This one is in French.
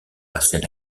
passés